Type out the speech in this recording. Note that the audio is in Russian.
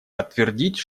подтвердить